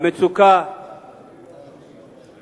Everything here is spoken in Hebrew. המצוקה